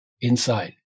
inside